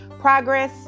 progress